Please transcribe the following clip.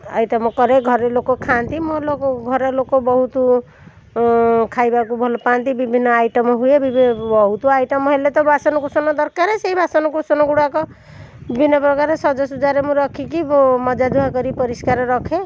item କରେ ଘରେଲୋକ ଖାଆନ୍ତି ମୁଁ ଲୋକ ଘରଲୋକ ବହୁତ ଖାଇବାକୁ ଭଲପାନ୍ତି ବିଭିନ୍ନ ଆଇଟମ୍ ହୁଏ ବିଭିନ୍ନ ବହୁତ ଆଇଟମ୍ ହେଲେ ତ ବାସନକୁସନ ଦରକାର ସେଇ ବାସନକୁସନ ଗୁଡ଼ାକ ବିଭିନ୍ନପ୍ରକାର ସଜସୁଜାରେ ମୁଁ ରଖିକି ବ ମଜାଧୁଆ କରି ପରିଷ୍କାର ରଖେ